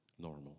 normal